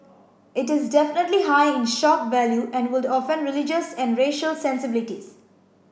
it is definitely high in shock value and would offend religious and racial sensibilities